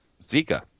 Zika